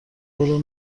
برو